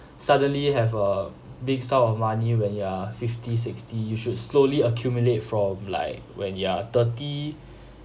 suddenly have a big sum of money when you're fifty sixty you should slowly accumulate from like when you're thirty